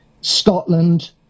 Scotland